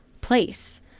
place